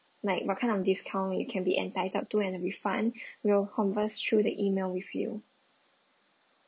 like what kind of discount you can be entitled to and the refund we'll converse through the email with you